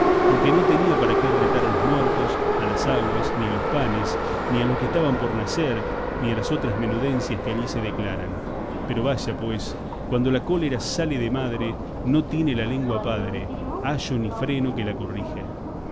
porque no tenía para qué retar a los muertos a las aguas ni a los panes ni a los que estaban por nacer ni a las otras menudencias que allí se declaran pero vaya pues cuando la cólera sale de madre no tiene la lengua padre ayo ni freno que la corrija